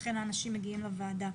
לכן האנשים מגיעים לוועדה.